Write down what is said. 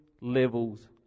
levels